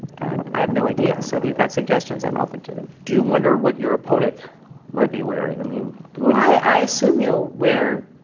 and i have no idea, so if you've got suggestions i'm open to them. do you wonder what your opponent might be wearing? i mean i i assume he'll wear,